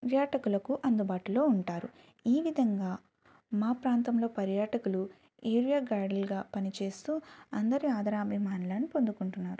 పర్యాటకులకు అందుబాటులో ఉంటారు ఈ విధంగా మా ప్రాంతంలో పర్యాటకులు ఏరియా గైడ్లుగా పనిచేస్తూ అందరి ఆదరాభిమానాలను పొందుకుంటున్నారు